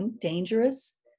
dangerous